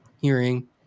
hearing